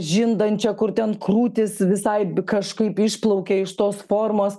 žindančią kur ten krūtys visai kažkaip išplaukė iš tos formos